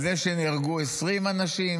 על זה שנהרגו 20 אנשים?